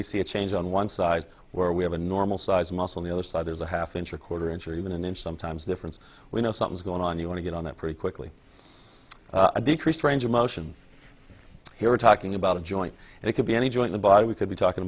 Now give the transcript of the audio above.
we see a change on one side where we have a normal sized muscle the other side is a half inch or quarter inch or even an inch sometimes difference we know something's going on you want to get on it pretty quickly decreased range of motion here we're talking about a joint and it could be any joint the body we could be talking